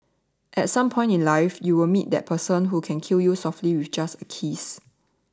at some point in life you will meet that person who can kill you softly with just a kiss